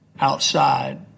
outside